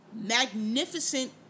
magnificent